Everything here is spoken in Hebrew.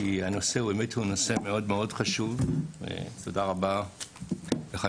הנושא מאוד חשוב ותודה רבה לך,